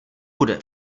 bude